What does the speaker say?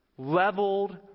leveled